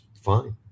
fine